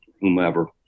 whomever